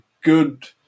good